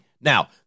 Now